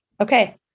Okay